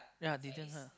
ya didn't lah